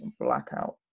blackout